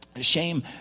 shame